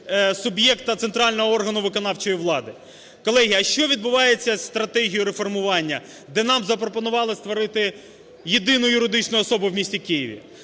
суб'єкта центрального органу виконавчої влади? Колеги, а що відбувається з стратегією реформування, де нам запропонували створити єдину юридичну особу в місті Києві?